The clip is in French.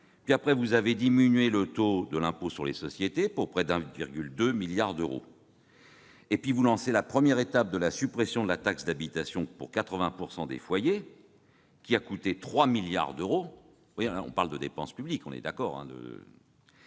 ; vous avez diminué le taux de l'impôt sur les sociétés, pour près de 1,2 milliard d'euros. Puis, vous lancez la première étape de la suppression de la taxe d'habitation pour 80 % des foyers, qui a coûté 3 milliards d'euros. Enfin, vous instaurez